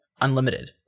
unlimited